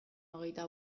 hogeita